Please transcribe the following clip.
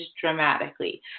dramatically